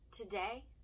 today